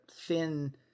thin